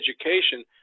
education